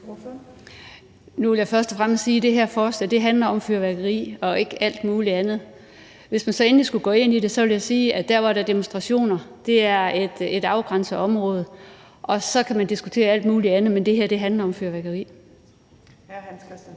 Nu vil jeg først og fremmest sige, at det her forslag handler om fyrværkeri og ikke alt muligt andet. Hvis man så endelig skulle gå ind i det, vil jeg sige, at der, hvor der er demonstrationer, er et afgrænset område. Så man kan diskutere alt muligt andet, men det her handler om fyrværkeri. Kl. 19:04 Fjerde